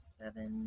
seven